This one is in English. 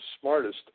smartest